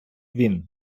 він